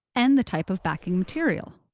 and the type of backing material.